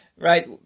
Right